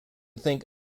think